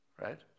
right